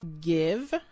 Give